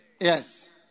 Yes